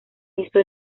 hizo